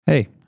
Hey